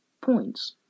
points